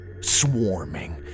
swarming